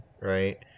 right